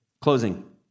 closing